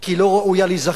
כי היא לא ראויה להיזכר,